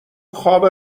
خواب